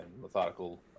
methodical